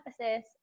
emphasis